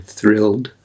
thrilled